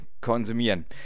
konsumieren